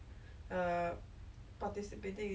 resilience or like or you can